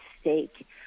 stake